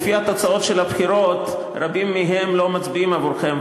לפי התוצאות של הבחירות רבים מהם לא מצביעים עבורכם,